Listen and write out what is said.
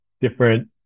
different